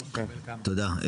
תודה,